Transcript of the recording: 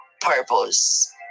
purpose